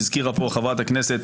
שהזכירה פה חברת הכנסת,